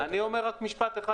אני אומר רק משפט אחד,